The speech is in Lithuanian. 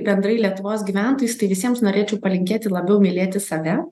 bendrai lietuvos gyventojus tai visiems norėčiau palinkėti labiau mylėti save